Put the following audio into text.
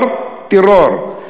טרור, טרור.